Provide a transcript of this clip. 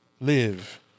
live